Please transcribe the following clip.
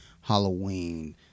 Halloween